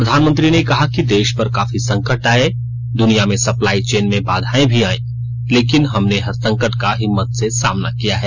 प्रधानमंत्री ने कहा कि देश पर काफी संकट आये दुनिया में सप्लाई चेन में बाधाएं भी आयीं लेकिन हमने हर संकट का हिम्मत से सामना किया है